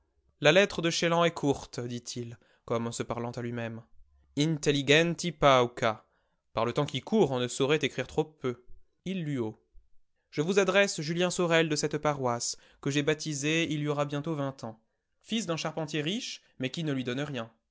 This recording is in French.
la lettre de chélan est courte dit-il comme se parlant à lui-même intelligenti pauca par le temps qui court on ne saurait écrire trop peu il lut haut je vous adresse julien sorel de cette paroisse que j'ai baptisé il y aura bientôt vingt ans fils d'un charpentier riche mais qui ne lui donne rien